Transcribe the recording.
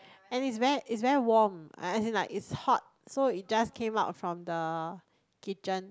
and it's very it's very warm uh as in like it's hot so it just came out from the kitchen